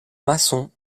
maçons